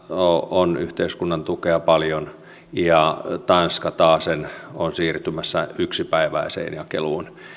on yhteiskunnan tukea paljon ja tanska taasen on siirtymässä yksipäiväiseen jakeluun